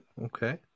okay